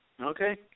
Okay